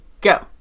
go